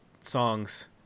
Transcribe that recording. songs